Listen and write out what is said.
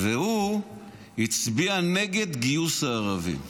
והוא הצביע נגד גיוס הערבים.